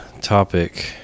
topic